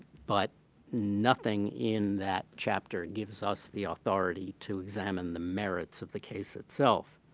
but nothing in that chapter gives us the authority to examine the merits of the case itself.